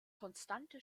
konstante